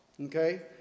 Okay